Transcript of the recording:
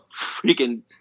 freaking